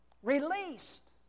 released